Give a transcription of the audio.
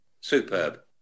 Superb